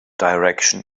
direction